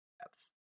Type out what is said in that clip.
depth